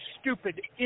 stupid